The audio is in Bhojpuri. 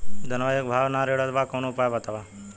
धनवा एक भाव ना रेड़त बा कवनो उपाय बतावा?